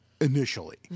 initially